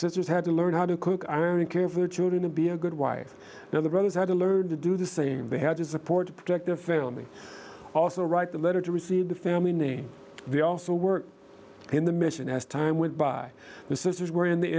is had to learn how to cook i only care for the children to be a good wife now the brothers had to learn to do the same they had to support the project to fail me also write the letter to receive the family name they also work in the mission as time went by the sisters were in the